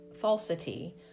falsity